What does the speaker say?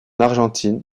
argentine